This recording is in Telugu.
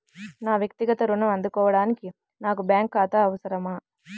నా వక్తిగత ఋణం అందుకోడానికి నాకు బ్యాంక్ ఖాతా అవసరమా?